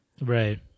right